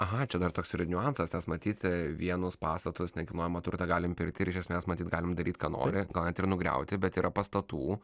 aha čia dar toks yra niuansas nes matyt vienus pastatus nekilnojamą turtą galime pirkti ir iš esmės matyt galim daryt ką nori gal net ir nugriauti bet yra pastatų